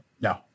No